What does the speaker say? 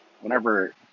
whenever